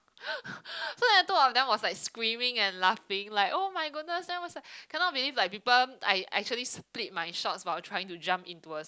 so then two of them was like screaming and laughing like oh my goodness then was like cannot believe like people I actually split my shorts while trying to jump into a